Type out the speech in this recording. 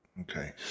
Okay